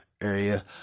area